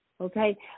okay